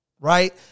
Right